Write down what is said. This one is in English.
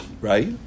right